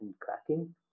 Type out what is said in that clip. cracking